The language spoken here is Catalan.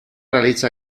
realitza